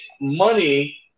money